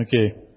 Okay